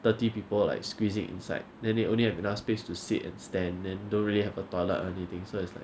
thirty people like squeezing inside then they only have enough space to sit and stand then don't really have a toilet or anything so it's like